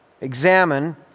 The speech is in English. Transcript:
examine